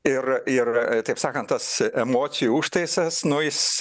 ir ir taip sakan tas emocijų užtaisas nu jis